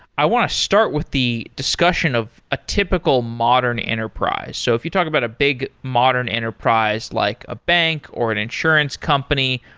i want to start with the discussion of a typical modern enterprise. so if you talk about a big modern enterprise, like a bank, or an insurance company,